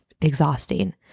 exhausting